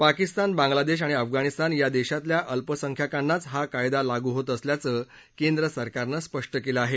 पाकिस्तान बांगलादेश आणि अफगाणिस्तान या देशातल्या अल्पसंख्याकांनाच हा कायदा लागू होत असल्याचं केंद्र सरकारनं स्पष्ट केलं आहे